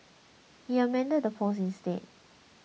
he amended the post instead